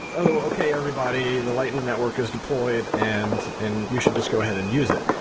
oh, okay everybody, the lightning network is deployed and and you should just go ahead and use it,